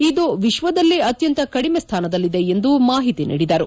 ಇದು ವಿಶ್ವದಲ್ಲೇ ಅತ್ಯಂತ ಕಡಿಮೆ ಸ್ಲಾನದಲ್ಲಿದೆ ಎಂದು ಮಾಹಿತಿ ನೀಡಿದರು